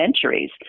centuries